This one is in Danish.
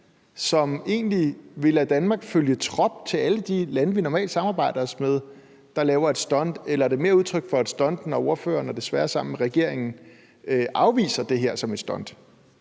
som egentlig vil lade Danmark følge trop med alle de lande, vi normalt sammenligner os med, der laver et stunt, eller er det mere udtryk for et stunt, når ordføreren, desværre sammen med regeringen, afviser det her som et stunt?